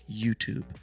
YouTube